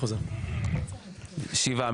שבעה.